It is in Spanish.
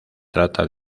trata